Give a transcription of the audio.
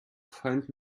find